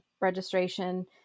registration